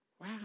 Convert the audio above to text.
Wow